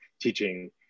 teaching